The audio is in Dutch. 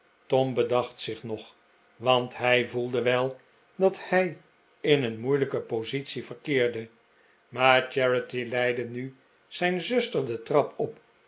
tom bedacht zich nog want hij voelde wel dat hij in een moeilijke positie verkeerde maar charity leidde nu zijn zuster de trap op